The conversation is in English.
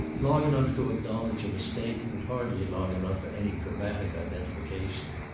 long enough to acknowledge a mistake, but hardly long enough for any dramatic identification.